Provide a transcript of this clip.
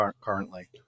currently